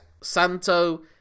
santo